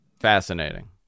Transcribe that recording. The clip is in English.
Fascinating